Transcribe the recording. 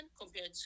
compared